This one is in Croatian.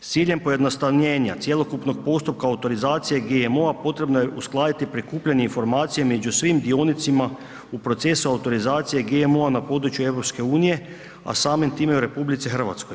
S ciljem pojednostavljenja cjelokupnog postupka autorizacije GMO-a potrebno je uskladiti prikupljanje informacija među svim dionicima u procesu autorizacije GMO-a na području EU a samim time i u RH.